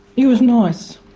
he was nice,